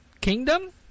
Kingdom